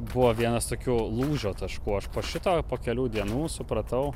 buvo vienas tokių lūžio taškų aš po šito po kelių dienų supratau